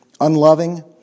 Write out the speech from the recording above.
unloving